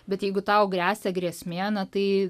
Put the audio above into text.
bet jeigu tau gresia grėsmė na tai